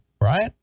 right